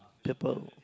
people